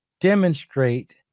demonstrate